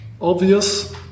obvious